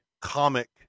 comic